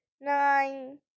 nine